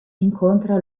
incontra